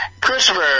Christopher